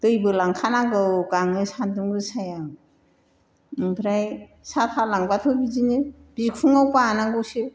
दैबो लांखानांगौ गाङो सान्दुं गोसायाव ओमफ्राय साथा लांबाथ' बिदिनो बिखुङाव बानांगौसो